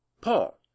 Paul